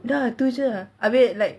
ya itu jer abeh like